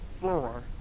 floor